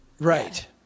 right